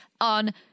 on